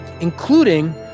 including